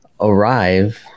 arrive